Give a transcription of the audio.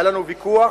היה לנו ויכוח,